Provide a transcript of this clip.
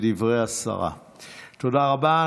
תודה רבה.